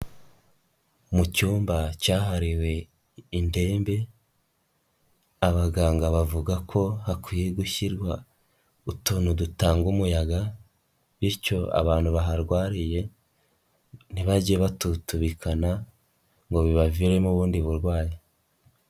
Mu cyumba cyahariwe indembe abaganga bavuga ko hakwiye gushyirwa utuntu dutanga umuyaga, bityo abantu baharwariye ntibage batutubikana ngo bibaviremo ubundi burwayi.